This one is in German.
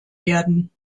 werden